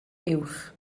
uwch